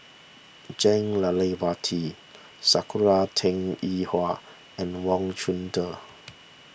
Jah Lelawati Sakura Teng Ying Hua and Wang Chunde